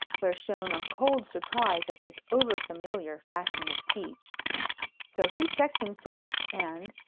where shone a cold surprise at this over-familiar fashion of speech so he checked himself, and,